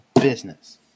business